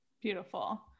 Beautiful